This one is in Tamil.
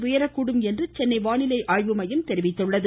உயரக்கூடும் என சென்னை வானிலை ஆய்வுமையம் தெரிவித்துள்ளது